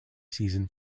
season